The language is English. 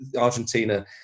Argentina